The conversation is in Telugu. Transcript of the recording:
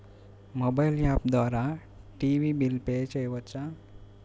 మొబైల్ యాప్ ద్వారా టీవీ బిల్ పే చేయవచ్చా?